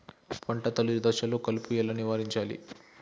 పంట తొలి దశలో కలుపు ఎలా నివారించాలి?